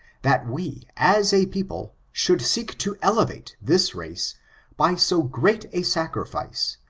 that we as a people, should seek to elevate this race by so great a sacrifice,